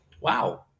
wow